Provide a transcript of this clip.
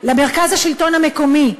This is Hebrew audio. למרכז השלטון המקומי,